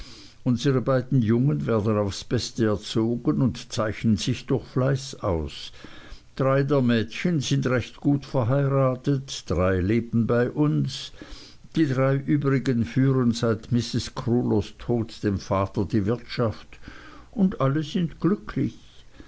unsere beiden jungen werden aufs beste erzogen und zeichnen sich durch fleiß aus drei der mädchen sind recht gut verheiratet drei leben bei uns die drei übrigen führen seit mrs crewlers tod dem vater die wirtschaft und alle sind glücklich